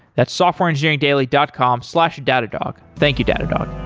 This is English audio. that's softwareengineeringdaily dot com slash datadog. thank you datadog